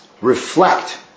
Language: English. reflect